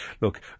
look